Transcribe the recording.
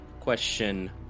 Question